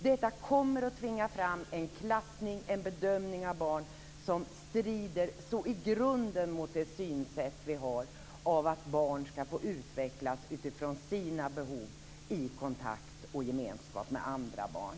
Detta kommer att tvinga fram en klassning, en bedömning av barn som strider så i grunden mot det synsätt vi har, att barn ska få utvecklas utifrån sina behov, i kontakt och gemenskap med andra barn.